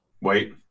wait